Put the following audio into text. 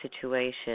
situation